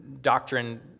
doctrine